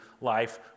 life